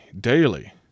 daily